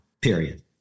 Period